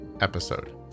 episode